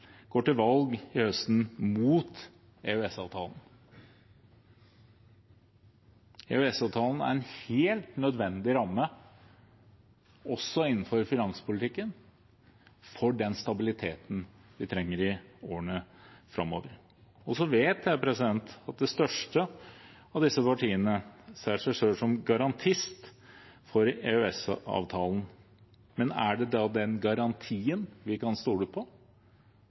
går til valg til høsten mot EØS-avtalen. EØS-avtalen er en helt nødvendig ramme, også innenfor finanspolitikken, for den stabiliteten vi trenger i årene framover. Så vet jeg at det største av disse partiene ser seg selv som garantist for EØS-avtalen, men er det da den garantien vi kan stole på,